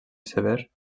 sever